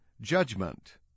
Judgment